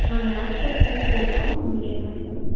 நாங்கள் நேச்சுரல்ஸ்லேருந்து பேசுகிறோம் உங்களுக்கு என்ன வேணும்